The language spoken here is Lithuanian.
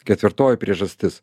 ketvirtoji priežastis